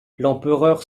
l’empereur